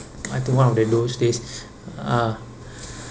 like to one of the those days ah